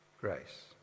grace